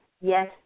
yes